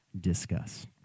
Discuss